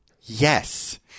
Yes